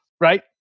right